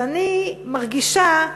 ואני מרגישה,